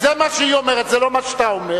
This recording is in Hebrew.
חברת הכנסת זוארץ שואלת למה אני לא שרה.